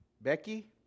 Becky